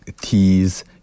teas